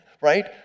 Right